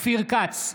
אופיר כץ,